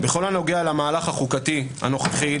בכל הנוגע למהלך החוקתי הנוכחי,